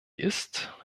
ist